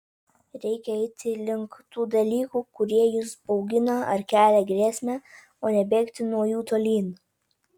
reikia eiti link tų dalykų kurie jus baugina ar kelia grėsmę o ne bėgti nuo jų tolyn